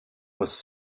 was